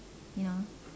you know